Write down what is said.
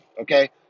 okay